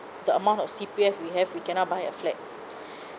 the amount of C_P_F we have we cannot buy a flat